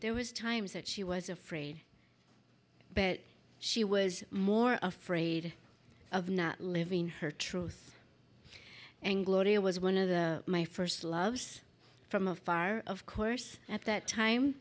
there was times that she was afraid but she was more afraid of not living her truth and gloria was one of the my first loves from afar of course at that time